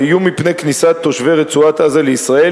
האיום מפני כניסת תושבי רצועת-עזה לישראל